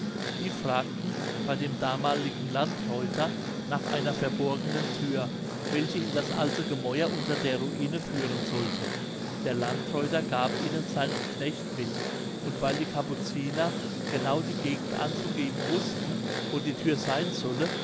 die fragten bei dem damaligen landreuter nach einer verborgenen thür welche in das alte gemäuer unter der ruine führen sollte der landreuter gab ihnen seinen knecht mit und weil die kapuziner genau die gegend anzugeben wußten wo die thür seyn solle